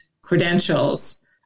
credentials